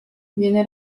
viene